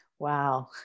Wow